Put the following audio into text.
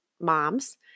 moms